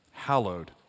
hallowed